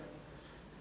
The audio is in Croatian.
Hvala.